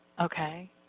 okay